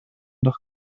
doch